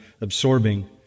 absorbing